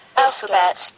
alphabet